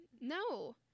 No